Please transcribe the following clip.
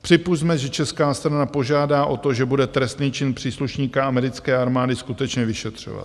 Připusťme, že česká strana požádá o to, že bude trestný čin příslušníka americké armády skutečně vyšetřovat.